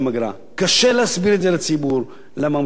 קשה להסביר לציבור למה הוא משלם אגרה.